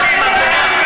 את טועה.